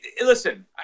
listen –